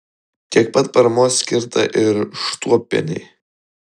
tiek pat paramos skirta ir štuopienei